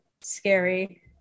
scary